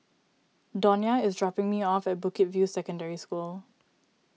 Donia is dropping me off at Bukit View Secondary School